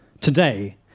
today